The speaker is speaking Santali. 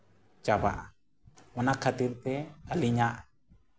ᱪᱟᱵᱟᱜᱼᱟ ᱚᱱᱟ ᱠᱷᱟᱹᱛᱤᱨ ᱛᱮ ᱟᱹᱞᱤᱧᱟᱜ